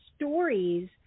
stories